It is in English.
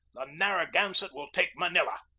the narra gansett will take manila.